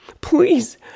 Please